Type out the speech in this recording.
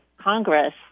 Congress